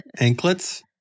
Anklets